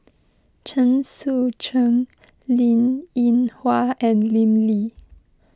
Chen Sucheng Linn in Hua and Lim Lee